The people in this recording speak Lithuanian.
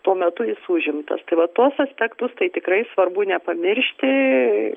tuo metu jis užimtas tai vat tuos aspektus tai tikrai svarbu nepamiršti